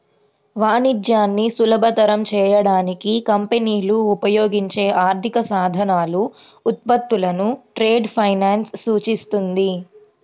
వాణిజ్యాన్ని సులభతరం చేయడానికి కంపెనీలు ఉపయోగించే ఆర్థిక సాధనాలు, ఉత్పత్తులను ట్రేడ్ ఫైనాన్స్ సూచిస్తుంది